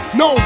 no